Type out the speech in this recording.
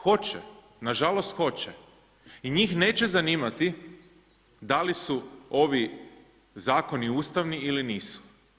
Hoće, nažalost hoće i njih neće zanimati da li su ovi zakoni ustavni ili nisu.